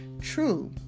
True